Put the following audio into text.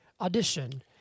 audition